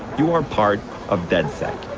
you are part of dedsec,